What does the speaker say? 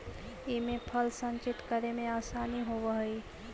इमे फल संचित करे में आसानी होवऽ हई